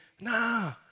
Nah